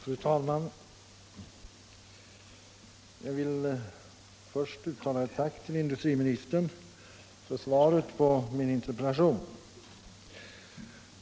Fru talman! Jag vill först uttala ett tack till industriministern för svaret på min interpellation.